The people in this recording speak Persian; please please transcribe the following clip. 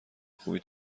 خوبی